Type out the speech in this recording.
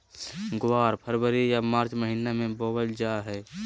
ग्वार फरवरी या मार्च महीना मे बोवल जा हय